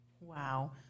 wow